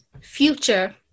Future